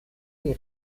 die